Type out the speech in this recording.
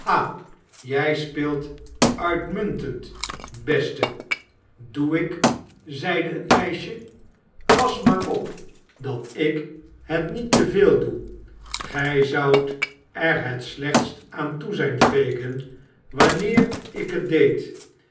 jij speelt uitmuntend beste doe ik zeide het meisje pas maar op dat ik het niet te veel doe gij zoudt er het slechtst aan toe zijn fagin wanneer ik het deed